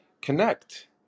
connect